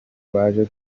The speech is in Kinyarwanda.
baje